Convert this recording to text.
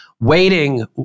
Waiting